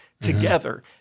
together